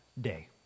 day